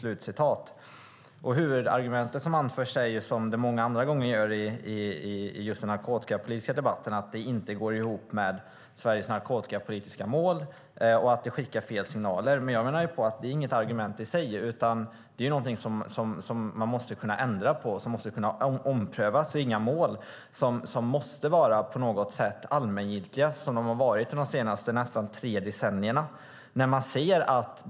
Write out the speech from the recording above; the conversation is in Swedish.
Det huvudargument som anförs är som många andra gånger i den narkotikapolitiska debatten att det inte går ihop med Sveriges narkotikapolitiska mål och att det skickar fel signaler. Men jag menar att det inte är något argument i sig, utan någonting som man måste kunna ändra på och som måste kunna omprövas. Målen måste inte på något sätt vara allmängiltiga, som de har varit under de senaste nästan tre decennierna.